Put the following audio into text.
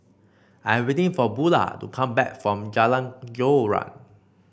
I am waiting for Bula to come back from Jalan Joran